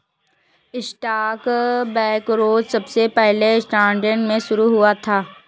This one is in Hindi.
स्टॉक ब्रोकरेज सबसे पहले एम्स्टर्डम में शुरू हुआ था